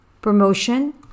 promotion